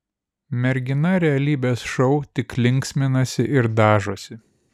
mergina realybės šou tik linksminasi ir dažosi